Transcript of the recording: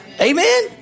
Amen